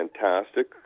fantastic